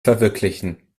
verwirklichen